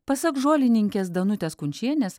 pasak žolininkės danutės kunčienės